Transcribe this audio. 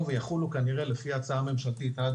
אז אנחנו נסכים כפי שהציע המרכז לשלטון מקומי שעד